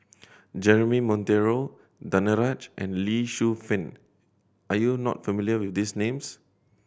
Jeremy Monteiro Danaraj and Lee Shu Fen are you not familiar with these names